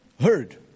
heard